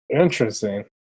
Interesting